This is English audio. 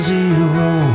zero